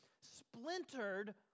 splintered